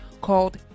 Called